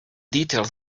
details